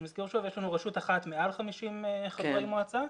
אני מזכיר, יש לנו רשות אחת מעל 50 חברי מועצה,